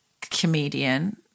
comedian